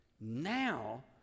Now